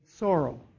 Sorrow